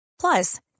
Plus